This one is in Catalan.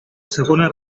segona